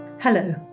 Hello